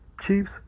Chiefs